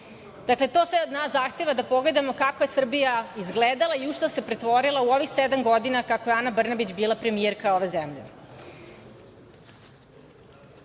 VS/MPDakle, to sve od nas zahteva da pogledamo kako je Srbija izgledala i u šta se pretvorila u ovih sedam godina, kako je Ana Brnabić bila premijerka ove zemlje. Ona